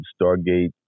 Stargate